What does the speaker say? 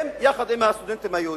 הם, יחד עם הסטודנטים היהודים?